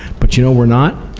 but you know, we're not.